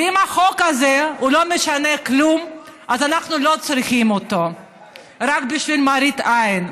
ואם החוק הזה לא משנה כלום אז אנחנו לא צריכים אותו רק בשביל מראית עין,